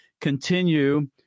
continue